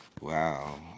Wow